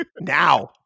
now